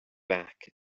back